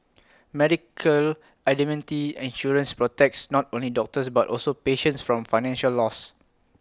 medical indemnity insurance protects not only doctors but also patients from financial loss